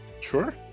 sure